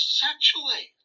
sexually